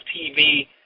TV